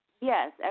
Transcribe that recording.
Yes